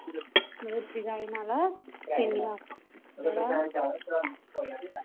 ओह् डिजाइन आवा दा जां नेईं आवा दा डिजाइन बनादा थुआड़ा कोई नीं होई आना